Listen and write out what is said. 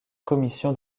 commission